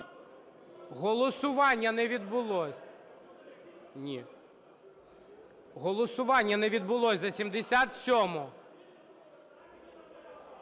Голосування не відбулось за 77-у.